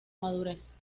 madurez